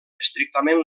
estrictament